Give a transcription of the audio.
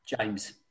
James